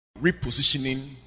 Repositioning